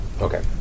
Okay